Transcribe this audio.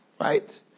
right